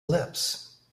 lips